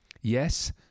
Yes